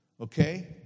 okay